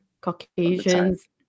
Caucasians